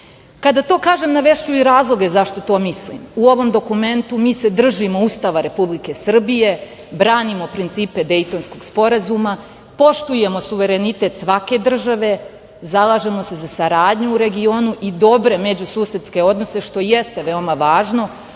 to kažem navešću i razloge zašto to mislim. U ovom dokumentu mi se držimo Ustava Republike Srbije, branimo principe Dejtonskog sporazuma, poštujemo suverenitet svake države, zalažemo se za saradnju u regionu i dobre međususedske odnose što jeste veoma važno,